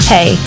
Hey